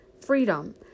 Freedom